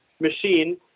machine